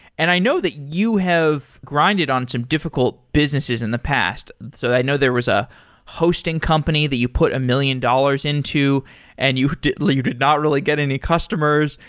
and i know the you have grinded on some difficult businesses in the past. so i know there was a hosting company that you put a million dollars into and you did you did not really get any customers.